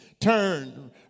Turn